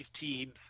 teams